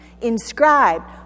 inscribed